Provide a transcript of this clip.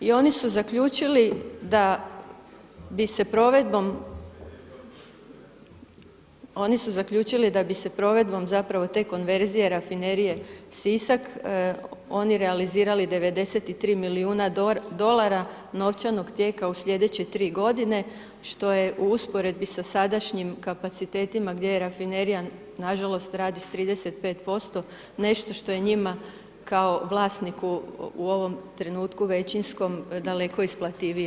I oni su zaključili da bi se provedbom, oni su zaključili da bi se provedbom zapravo te konverzije rafinerije Sisak oni realizirali 93 milijuna dolara novčanog tijeka u sljedeće tri godine što je u usporedbi sa sadašnjim kapacitetima gdje rafinerija nažalost radi sa 35% nešto što je njima kao vlasniku u ovom trenutku većinskom daleko isplativije.